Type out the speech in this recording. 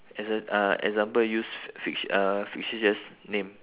exa~ uh example use fic~ uh fictitious name